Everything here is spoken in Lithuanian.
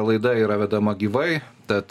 laida yra vedama gyvai tad